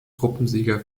gruppensieger